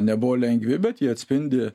nebuvo lengvi bet jie atspindi